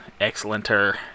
excellenter